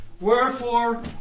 Wherefore